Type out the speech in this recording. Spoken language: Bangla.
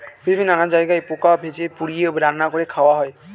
পৃথিবীর নানা জায়গায় পোকা ভেজে, পুড়িয়ে, রান্না করে খাওয়া হয়